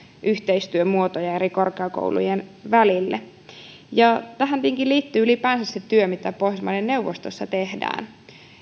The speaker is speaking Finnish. yhteistyömuotoja eri korkeakoulujen välille tähän tietenkin liittyy ylipäänsä se työ mitä pohjoismaiden neuvostossa tehdään